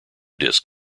disk